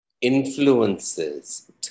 influences